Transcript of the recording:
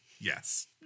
Yes